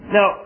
Now